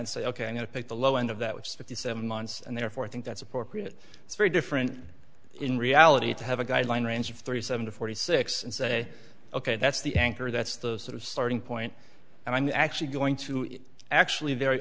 going to pick the low end of that which is fifty seven months and therefore i think that's appropriate it's very different in reality to have a guideline range of thirty seven to forty six and say ok that's the anchor that's the sort of starting point and i'm actually going to actually very